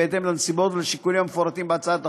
בהתאם לנסיבות ולשיקולים המפורטים בהצעת החוק.